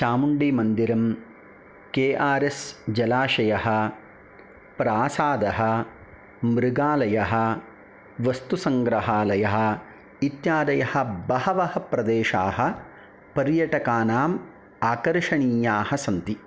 चामुण्डि मन्दिरं K R S जलाशयः प्रासादः मृगालयः वस्तुसङ्ग्रहालयः इत्यादयः बहवः प्रदेशाः पर्यटकानाम् आर्कषणीयाः सन्ति